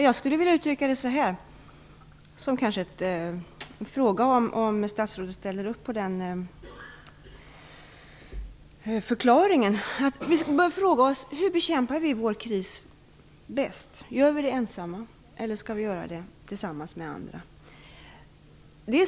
Jag skulle vilja uttrycka det så här, och jag undrar om statsrådet ställer upp på den förklaringen: Vi bör fråga oss hur vi bäst bekämpar vår kris. Gör vi det ensamma eller skall vi göra det tillsammans med andra?